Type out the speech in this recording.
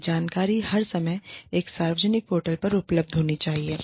यह जानकारी हर समय एक सार्वजनिक पोर्टल पर उपलब्ध होनी चाहिए